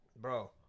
bro